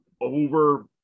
over